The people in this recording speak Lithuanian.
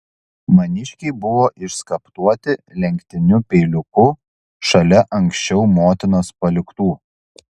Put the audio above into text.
maniškiai buvo išskaptuoti lenktiniu peiliuku šalia anksčiau motinos paliktų